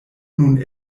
nun